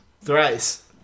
Thrice